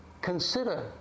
consider